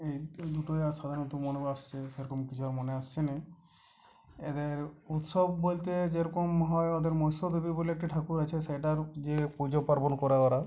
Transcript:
এই দুটোই আজ সাধারণত মনে আসছে সেরকম কিছু আর মনে আসছে না এদের উৎসব বলতে যেরকম হয় ওদের মৎস্য দেবী বলে একটা ঠাকুর আছে সেটার যে পুজো পার্বণ করে ওরা